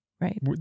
right